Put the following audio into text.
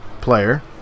player